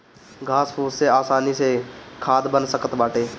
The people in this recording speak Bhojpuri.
घास फूस से आसानी से खाद बन सकत बाटे